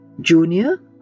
Junior